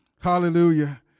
hallelujah